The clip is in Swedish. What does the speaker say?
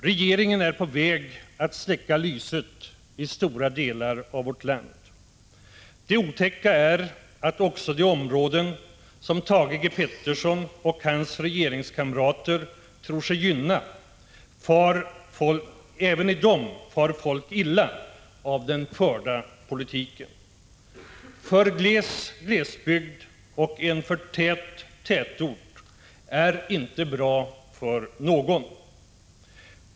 Regeringen är på väg att ”släcka lyset” i stora delar av vårt land. Det otäcka är att också i de områden som Thage G. Peterson och hans regeringskamrater tror sig gynna far folk illa av den förda politiken. För ”gles glesbygd och en för tät tätort” är inte bra för någon.